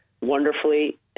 wonderfully